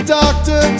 doctor